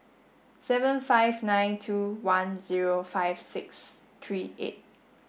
seven five nine two one zero five six three eight